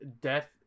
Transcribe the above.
Death